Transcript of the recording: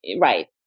Right